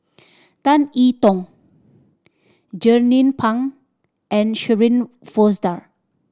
Tan I Tong Jernnine Pang and Shirin Fozdar